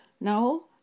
no